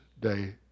day